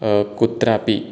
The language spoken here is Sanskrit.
कुत्रापि